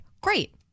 Great